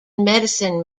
medicine